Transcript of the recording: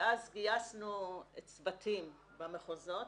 ואז גייסנו צוותים במחוזות,